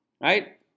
right